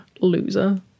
Loser